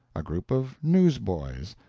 a group of newsboys,